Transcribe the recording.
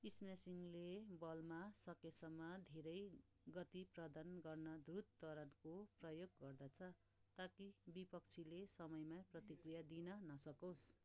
इस्म्यासिङले बलमा सकेसम्म धेरै गति प्रदान गर्न द्रुत तरबुको प्रयोग गर्दछ ताकि विपक्षीले समयमै प्रतिक्रिया दिन नसकोस्